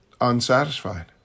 unsatisfied